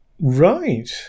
right